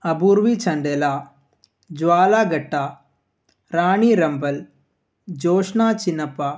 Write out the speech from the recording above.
Apurvi Chandela Jwala Gutta Rani Rampal Joshna Chinnappa